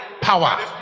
power